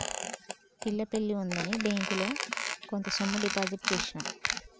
పిల్ల పెళ్లి ఉందని బ్యేంకిలో కొంత సొమ్ము డిపాజిట్ చేసిన